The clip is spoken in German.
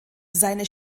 seine